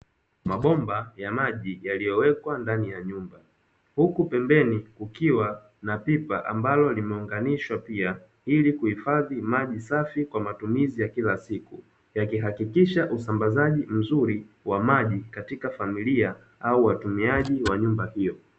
Mabomba ya maji yaliowekwa ndani ya nyumba, huku pembeni kukiwa na pipa ambalo limeunganishwa pia ili kuhifadhia maji safi kwa matumizi ya kila siku. Yakihakikisha usambazaji mzuri wa maji, katika familia au watumiaji wa nyumba hiyo.